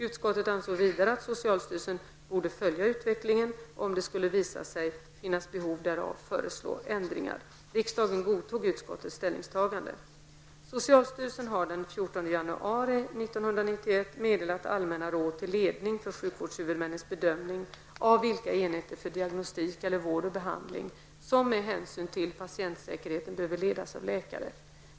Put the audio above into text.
Utskottet ansåg vidare att socialstyrelsen borde följa utvecklingen, och om det skulle visa sig finnas behov därav, föreslå ändringar. Riksdagen godtog utskottets ställningstagande. Socialstyrelsen har den 14 januari 1991 meddelat allmänna råd till ledning för sjukvårdshuvudmännens bedömning av vilka enheter för diagnostik eller vård och behandling som med hänsyn till patientsäkerheten behöver ledas av läkare.